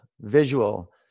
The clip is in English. visual